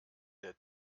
der